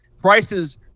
prices